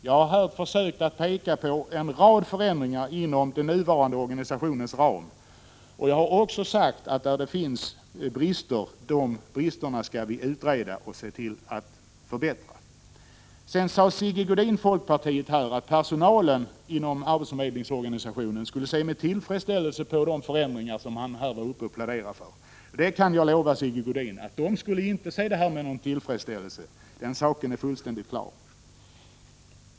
Jag har försökt peka på en rad förändringar inom den nuvarande organisationens ram. Jag har också sagt att där det finns brister skall vi utreda dem och rätta till missförhållandena. Sedan sade Sigge Godin från folkpartiet att personalen inom arbetsförmedlingsorganisationen skulle se med tillfredsställelse på de förändringar som han pläderade för. Jag kan lova Sigge Godin att personalen inte skulle se dessa med tillfredsställelse. Den saken är fullständigt klar.